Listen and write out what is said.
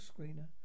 screener